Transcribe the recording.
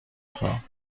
خواهم